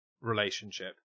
relationship